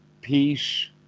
peace